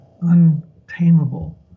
untamable